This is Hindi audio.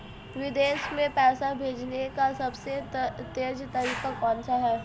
विदेश में पैसा भेजने का सबसे तेज़ तरीका कौनसा है?